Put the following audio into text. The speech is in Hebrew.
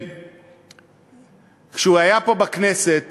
וכשהוא היה פה בכנסת